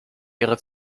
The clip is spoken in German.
ihre